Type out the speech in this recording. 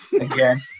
Again